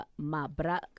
Mabra